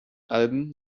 alben